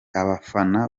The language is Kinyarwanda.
abafana